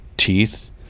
teeth